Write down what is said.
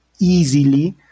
easily